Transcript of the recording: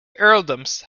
earldoms